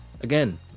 Again